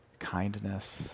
Kindness